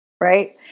Right